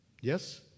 Yes